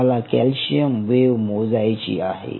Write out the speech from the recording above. तुम्हाला calcium wave मोजायची आहे